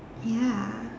ya